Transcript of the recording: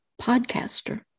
podcaster